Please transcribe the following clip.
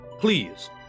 please